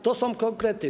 To są konkrety.